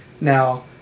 now